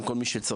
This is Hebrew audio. עם כל מי שצריך,